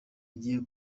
igihe